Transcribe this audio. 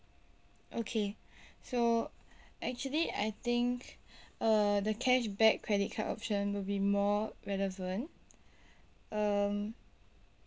okay so actually I think uh the cashback credit card option will be more relevant um